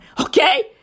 Okay